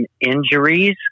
injuries